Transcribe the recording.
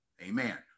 amen